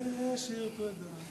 "זה שיר פרידה".